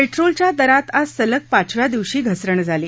पेट्रोलच्या दरात आज सलग पाचव्या दिवशी घसरण झाली